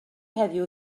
heddiw